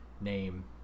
name